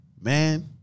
Man